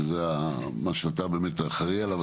שזה מה שאתה באמת אחראי עליו,